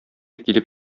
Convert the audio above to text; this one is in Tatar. килеп